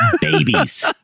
babies